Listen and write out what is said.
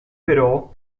però